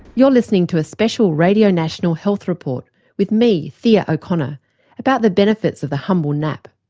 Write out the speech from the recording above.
you're listening to a special radio national health report with me thea o'connor about the benefits of the humble nap.